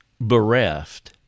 bereft